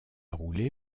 roulé